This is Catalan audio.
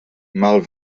mal